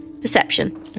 perception